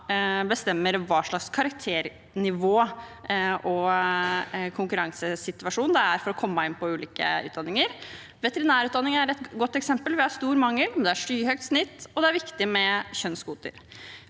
bestemmer hva slags karakternivå og konkurransesituasjon det er for å komme inn på ulike utdanninger. Veterinærutdanningen er et godt eksempel. Vi har stor mangel, men det er skyhøyt snitt, og det er viktig med kjønnskvoter.